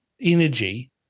energy